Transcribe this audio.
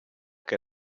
que